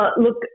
Look